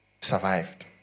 survived